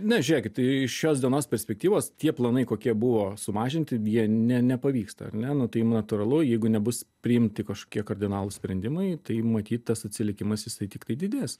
ne žiekit tai iš šios dienos perspektyvos tie planai kokie buvo sumažinti vien ne nepavyksta ar ne nu tai natūralu jeigu nebus priimti kažkokie kardinalūs sprendimai tai matyt tas atsilikimas jisai tiktai didės